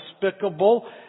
despicable